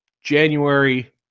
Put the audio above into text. January